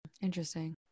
interesting